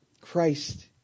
Christ